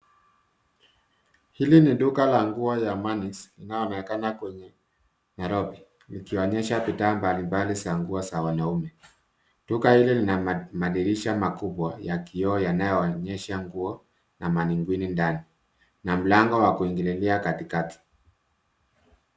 Hili ni dula la nguo ya Manis inayoonekana kwenye Nairobi ikionyesha bidhaa mbalimbali za nguo za wanaume. Duka hili lina madirisha makubwa ya kioo yanayoonyesha nguo na manequinn ndani na mlango wa kuingilia katikati.